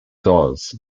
dawes